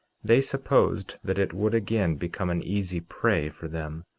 they supposed that it would again become an easy prey for them.